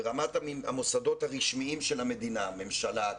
ברמת המוסדות הרשמיים של המדינה: ממשלה,